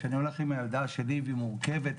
כשאני הולך עם הילדה שלי והיא מורכבת,